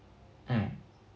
mm